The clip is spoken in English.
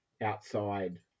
outside